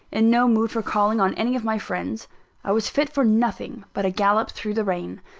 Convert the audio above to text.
in no mood for calling on any of my friends i was fit for nothing but gallop through the rain.